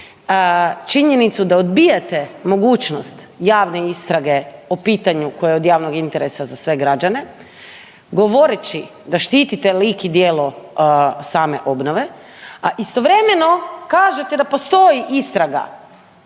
činjenicu da odbijate mogućnost javne istrage o pitanju koje je od javnog interesa za sve građane govoreći da štitite lik i djelo same obnove, a istovremeno kažete da postoji istraga